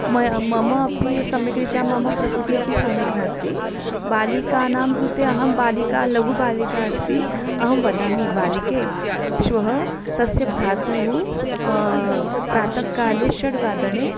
मया मम अपि सम्यक् रीत्या मम प्रकृतिः अपि सम्यक् नास्ति बालिकानां कृते अहं बालिका लघुबालिका अस्ति अहं वदामि बालिके श्वः तस्य भ्रातुः प्रातःकाले षड्वादने